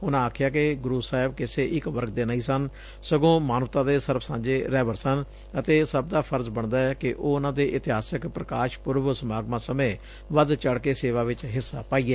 ਉਨਾਂ ਆਖਿਆ ਕਿ ਗੁਰੁ ਸਾਹਿਬ ਕਿਸੇ ਇਕ ਵਰਗ ਦੇ ਨਹੀਂ ਸਗੋਂ ਮਾਨਵਤਾ ਦੇ ਸਰਬ ਸਾਂਝੇ ਰਹਿਬਰ ਸਨ ਅਤੇ ਸਭ ਦਾ ਫ਼ਰਜ਼ ਬਣਦੈ ਕਿ ਉਨਾਂ ਦੇ ਇਤਿਹਾਸਕ ਪ੍ਕਾਸ਼ ਪੁਰਬ ਸਮਾਗਮਾਂ ਸਮੇਂ ਵੱਧ ਚੜ ਕੇ ਸੇਵਾ ਵਿਚ ਹਿੱਸਾ ਪਾਈਏ